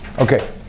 Okay